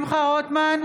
שמחה רוטמן,